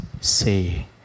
say